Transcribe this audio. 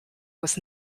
was